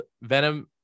venom